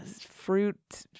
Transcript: fruit